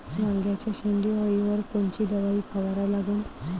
वांग्याच्या शेंडी अळीवर कोनची दवाई फवारा लागन?